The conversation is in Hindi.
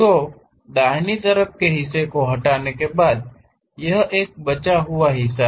तो दाहिने तरफ के हिस्से को हटाने के बाद यह एक बचा हुए हिस्सा है